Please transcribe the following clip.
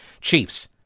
chiefs